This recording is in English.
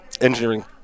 engineering